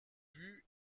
vue